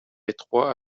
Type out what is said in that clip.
étroits